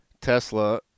Tesla